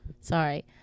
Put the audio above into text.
sorry